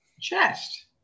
chest